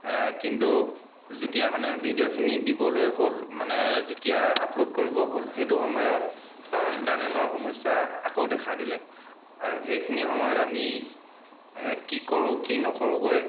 কিন্তু যেতিয়া মানে ভিডিঅ'খিনি দিবলৈ হ'ল মানে যেতিয়া আপল'ড কৰিব হ'ল সেইটো সময়ত ইণ্টাৰনেটৰ সমস্যা আকৌ দেখা দিলে আৰু সেইখিনি সময়ত আমি কি কৰোঁ কি নকৰোকৈ